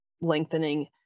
lengthening